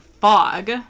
Fog